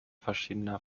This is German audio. verschiedener